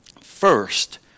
first